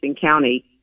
County